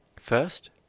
First